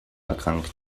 erkrankt